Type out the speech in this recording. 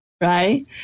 right